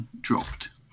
dropped